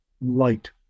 light